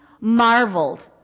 marveled